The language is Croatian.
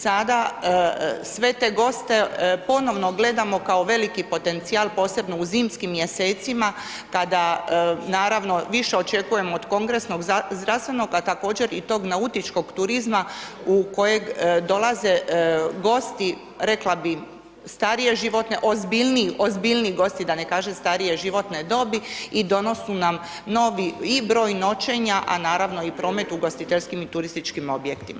Sada sve te goste ponovno gledamo kao veliki potencijal, posebno u zimskim mjesecima kada, naravno, više očekujemo od Kongresnog zdravstvenog, a također i tog Nautičkog turizma u kojeg dolaze gosti, rekla bi, starije životne, ozbiljniji gosti, da ne kažem starije životne dobi i donosu nam novi i broj noćenja, a naravno, i promet u ugostiteljskim i turističkim objektima.